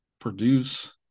produce